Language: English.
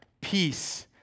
peace